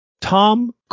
Tom